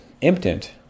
impotent